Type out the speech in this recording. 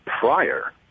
prior